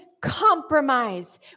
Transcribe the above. Compromise